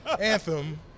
Anthem